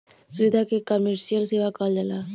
सुविधा के कमर्सिअल सेवा कहल जाला